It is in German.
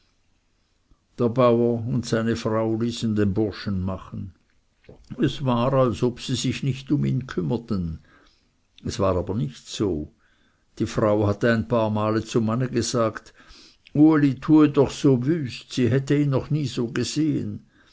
der bauer und seine frau ließen den burschen machen es war als ob sie sich nicht um ihn kümmerten es war aber nicht so die frau hatte ein paar male zum manne gesagt uli tue doch so wüst sie hätte ihn noch nie so gesehen